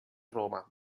roma